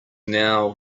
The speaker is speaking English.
now